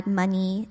money